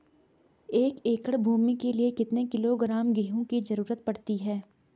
एक एकड़ भूमि के लिए कितने किलोग्राम गेहूँ की जरूरत पड़ती है?